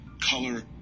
color